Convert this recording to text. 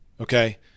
okay